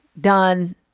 done